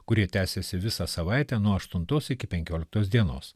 kurie tęsėsi visą savaitę nuo aštuntos iki penkioliktos dienos